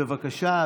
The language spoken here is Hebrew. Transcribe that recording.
בבקשה,